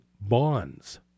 bonds